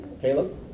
Caleb